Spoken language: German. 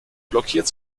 blockiert